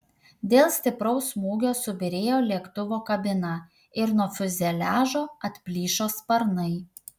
dėl stipraus smūgio subyrėjo lėktuvo kabina ir nuo fiuzeliažo atplyšo sparnai